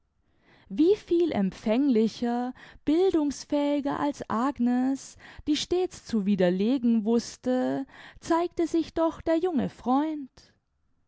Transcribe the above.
viel empfänglicher bildungsfähiger als agnes die stets zu widerlegen wußte zeigte sich doch der junge freund